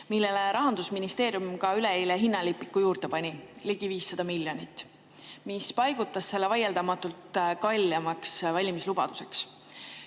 millele Rahandusministeerium üleeile ka hinnalipiku juurde pani: ligi 500 miljonit. Seega [osutus] see vaieldamatult kalleimaks valimislubaduseks.